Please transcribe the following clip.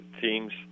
teams